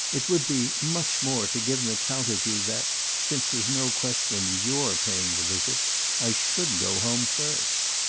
it would be, much more, to give an account of you that since there's no question of your paying the visit i should go home first.